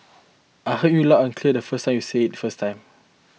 I heard you loud and clear for say you said it first time